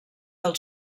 del